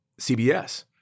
CBS